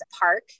park